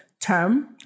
term